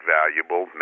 valuable